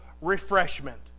refreshment